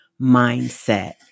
mindset